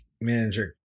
manager